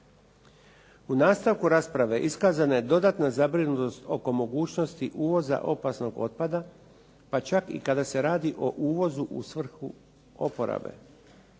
U nastavku rasprave iskazana je dodatna zabrinutost oko mogućnosti uvoza opasnog otpada pa čak i kada se radi o uvozu u svrhu oporabe.